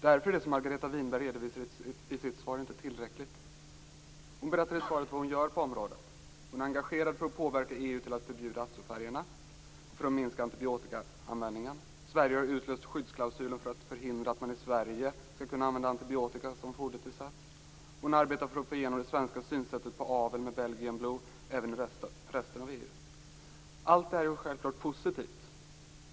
Därför är det som Margareta Winberg redovisar i sitt svar inte tillräckligt. Margareta Winberg berättar i svaret vad hon gör på området: · Hon är engagerad för att påverka EU att förbjuda azofärgerna och för att minska antibiotikaanvändningen. · Sverige har utlöst skyddsklausulen för att förhindra att man i Sverige skall kunna använda antibiotika som fodertillsats. · Hon arbetar för att få igenom det svenska synsättet på avel med Belgian blue även i resten av EU. Allt det här är självklart positivt.